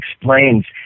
explains